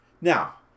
Now